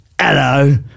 Hello